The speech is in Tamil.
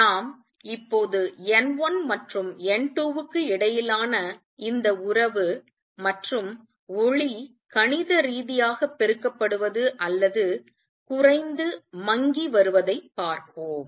நாம் இப்போது N1 மற்றும் N2 க்கும் இடையிலான இந்த உறவு மற்றும் ஒளி கணித ரீதியாக பெருக்கப்படுவது அல்லது குறைந்து மங்கி வருவதைப் பார்ப்போம்